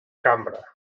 cambra